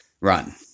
run